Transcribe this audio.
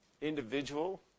individual